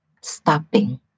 stopping